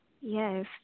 Yes